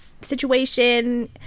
situation